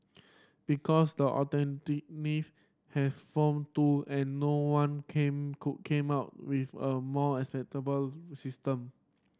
because the alternative may have form too and no one came could came up with a more acceptable system